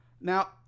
Now